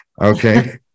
Okay